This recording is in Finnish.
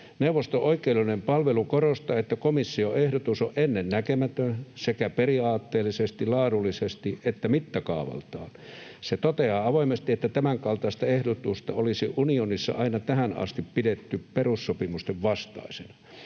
Neuvoston oikeudellinen palvelu korostaa, että komission ehdotus on ennennäkemätön sekä periaatteellisesti, laadullisesti että mittakaavaltaan. Se toteaa avoimesti, että tämänkaltaista ehdotusta olisi unionissa aina tähän asti pidetty perussopimusten vastaisena.